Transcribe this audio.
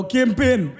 Kimpin